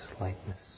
lightness